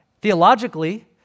Theologically